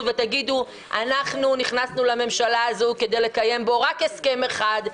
ותגידו: נכנסנו לממשלה הזו כדי לקיים רק הסכם אחד,